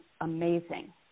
amazing